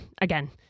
again